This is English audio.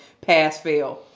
pass-fail